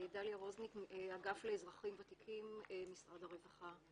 אני מהאגף לאזרחים ותיקים במשרד הרווחה.